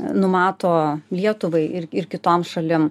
numato lietuvai ir ir kitom šalim